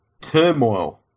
turmoil